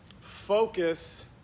focus